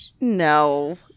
No